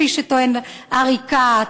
כפי שטוען עריקאת,